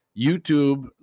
YouTube